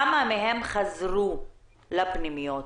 מאז הבג"צ ההוא עד היום, כמה מהם חזרו לפנימיות.